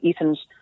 Ethan's